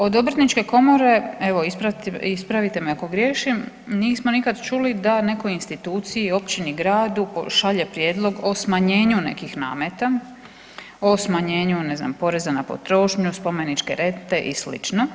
Od obrtničke komore, evo ispravite me ako griješim, nismo nikad čuli da nekoj instituciji, općini, gradu, šalje prijedlog o smanjenju nekih nameta, o smanjenju ne znam poreza na potrošnju, spomeničke rente i slično.